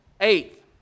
Eighth